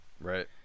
Right